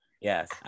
Yes